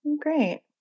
Great